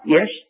Yes